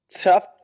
tough